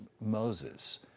Moses